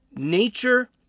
Nature